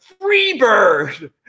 Freebird